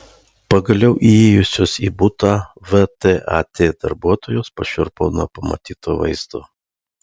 pagaliau įėjusios į butą vtat darbuotojos pašiurpo nuo pamatyto vaizdo